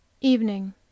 Evening